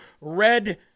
Red